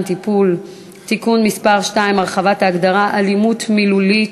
טיפול (תיקון מס' 2) (הרחבת ההגדרה "אלימות מילולית"),